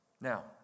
Now